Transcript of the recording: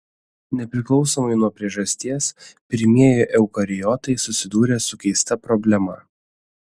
nepriklausomai nuo priežasties pirmieji eukariotai susidūrė su keista problema